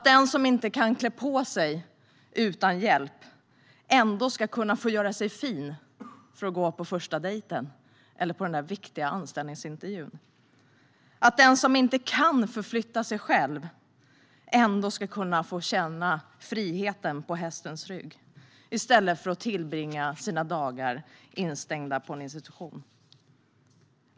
Den som inte kan klä på sig utan hjälp ska ändå kunna få göra sig fin för att gå på första dejten eller på den viktiga anställningsintervjun. Den som inte kan förflytta sig själv ska ändå kunna få känna friheten på hästens rygg i stället för att tillbringa sina dagar instängd på en institution.